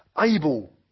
able